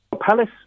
Palace